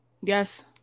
Yes